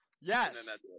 Yes